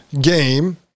game